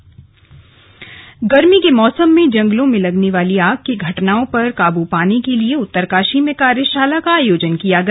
slug वनाग्नि कार्यशाला गर्मी के मौसम में जंगलों में लगने वाली आग की घटनाओं पर काबू पाने के लिए उत्तरकाशी में कार्यशाला का आयोजन किया गया